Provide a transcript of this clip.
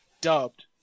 dubbed